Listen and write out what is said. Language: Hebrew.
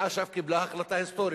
ואש"ף קיבל החלטה היסטורית,